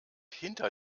hinter